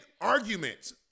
arguments